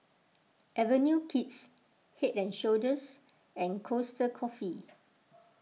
Avenue Kids Head and Shoulders and Costa Coffee